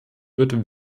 wird